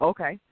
Okay